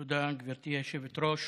תודה, גברתי היושבת-ראש.